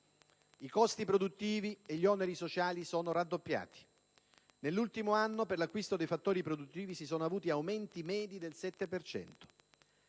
I costi produttivi e gli oneri sociali sono raddoppiati; nell'ultimo anno per l'acquisto dei fattori produttivi sono stati registrati aumenti medi del 7